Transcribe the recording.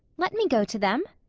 let me go to them?